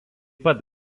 pat